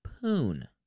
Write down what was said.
poon